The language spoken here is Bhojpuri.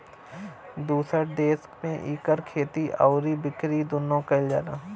दुसर देस में इकर खेती आउर बिकरी दुन्नो कइल जाला